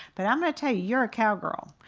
but i'm going to tell you, you're a cowgirl.